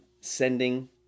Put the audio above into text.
sending